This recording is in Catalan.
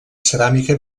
ceràmica